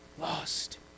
lost